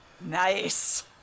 Nice